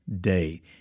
day